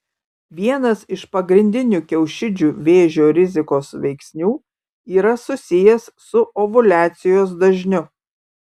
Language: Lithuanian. vienas iš pagrindinių kiaušidžių vėžio rizikos veiksnių yra susijęs su ovuliacijos dažniu